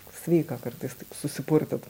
sveika kartais taip susipurtyt